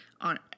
on